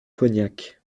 cognac